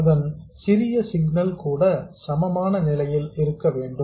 அதன் சிறிய சிக்னல் கூட சமமான நிலையில் இருக்க வேண்டும்